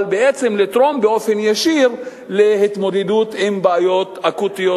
אבל בעצם לתרום באופן ישיר להתמודדות עם בעיות אקוטיות